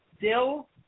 Dill